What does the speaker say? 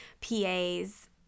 PAs